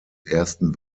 ersten